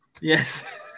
Yes